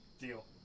deal